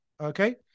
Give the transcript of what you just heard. okay